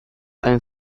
ten